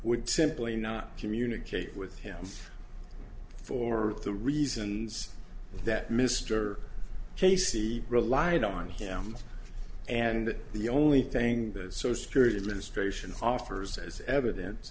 would simply not communicate with him for the reasons that mr casey relied on him and the only thing that sort of security administration offers as evidence